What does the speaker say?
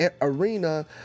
arena